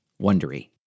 wondery